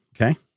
okay